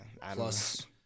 Plus